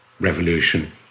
revolution